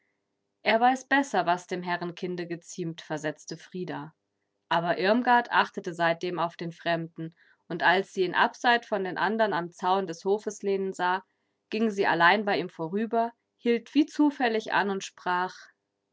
er weiß besser was dem herrenkinde geziemt versetzte frida aber irmgard achtete seitdem auf den fremden und als sie ihn abseit von den anderen am zaun des hofes lehnen sah ging sie allein bei ihm vorüber hielt wie zufällig an und sprach